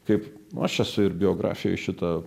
kaip aš esu ir biografijoje šita